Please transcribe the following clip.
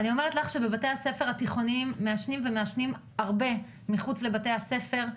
אני אומרת לך שבבתי הספר התיכוניים מעשנים הרבה מחוץ לבתי הספר,